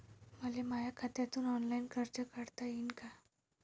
मले माया खात्यातून ऑनलाईन कर्ज काढता येईन का?